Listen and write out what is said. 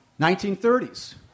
1930s